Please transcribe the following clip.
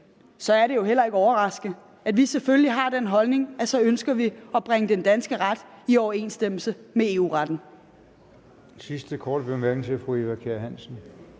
er det jo heller ikke overraskende, at vi selvfølgelig har den holdning, at så ønsker vi at bringe den danske ret i overensstemmelse med EU-retten.